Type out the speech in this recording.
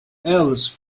alice